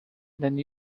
than